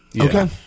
Okay